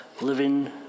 living